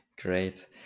great